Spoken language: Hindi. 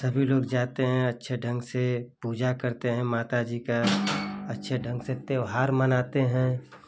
सभी लोग जाते है अच्छे ढंग से पूजा करते हैं माता जी का अच्छे ढंग से त्योहार मनाते हैं